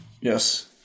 Yes